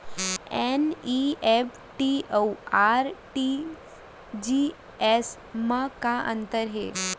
NEFT अऊ RTGS मा का अंतर हे?